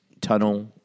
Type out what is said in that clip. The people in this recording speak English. Tunnel